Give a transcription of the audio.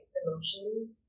emotions